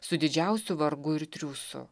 su didžiausiu vargu ir triūsu